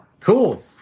Cool